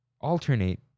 alternate